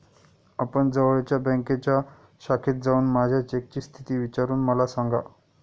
आपण जवळच्या बँकेच्या शाखेत जाऊन माझ्या चेकची स्थिती विचारून मला सांगा